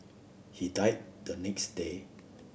he died the next day